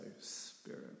Spirit